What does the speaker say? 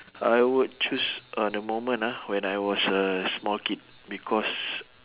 I would choose a the moment ah when I was a small kid because